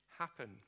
happen